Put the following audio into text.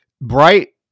bright